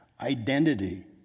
identity